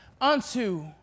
unto